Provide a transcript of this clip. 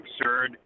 absurd